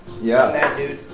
Yes